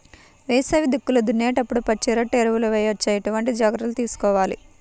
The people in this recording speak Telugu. వేసవి దుక్కులు దున్నేప్పుడు పచ్చిరొట్ట ఎరువు వేయవచ్చా? ఎటువంటి జాగ్రత్తలు తీసుకోవాలి?